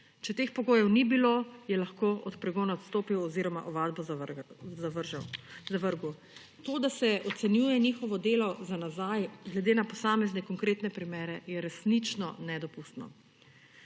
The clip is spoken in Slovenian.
Če teh pogojev ni bilo, je lahko od pregona odstopil oziroma ovadbo zavrgel. To, da se ocenjuje njihovo delo za nazaj glede na posamezne konkretne primere, je resnično nedopustno.